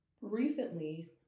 Recently